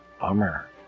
Bummer